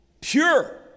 pure